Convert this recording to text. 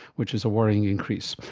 which is a worrying increase.